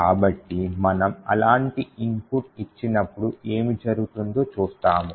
కాబట్టి మనము అలాంటి ఇన్పుట్ ఇచ్చినప్పుడు ఏమి జరుగుతుందో చూస్తాము